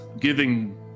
giving